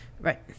right